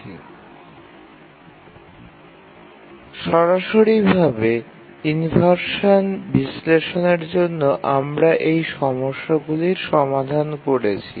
ইনভারশানগুলি সরাসরি ভাবে বিশ্লেষণ করার জন্য আমরা এই সমস্যগুলির সমাধান করেছি